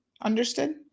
understood